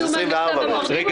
ואז זה 24. מיקי,